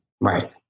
Right